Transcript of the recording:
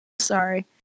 Sorry